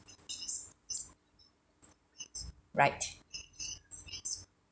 right